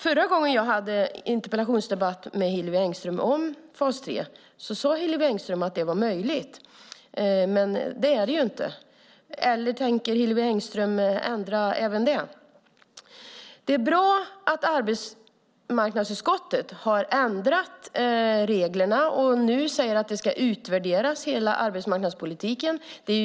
Förra gången jag hade interpellationsdebatt med Hillevi Engström om fas 3 sade Hillevi Engström att det var möjligt. Men det är det ju inte. Eller tänker Hillevi Engström ändra även detta? Det är bra att arbetsmarknadsutskottet har ändrat reglerna och nu säger att hela arbetsmarknadspolitiken ska utvärderas.